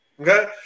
Okay